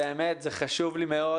באמת זה חשוב לי מאוד